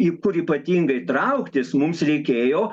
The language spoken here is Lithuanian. į kur ypatingai trauktis mums reikėjo